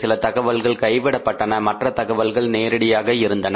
சில தகவல்கள் கைவிடப்பட்டன மற்ற தகவல்கள் நேரடியாக இருந்தன